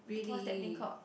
t~ what's that thing called